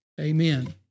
Amen